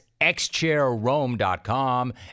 xchairrome.com